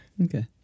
Okay